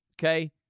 Okay